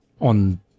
on